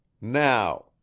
Now